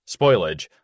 spoilage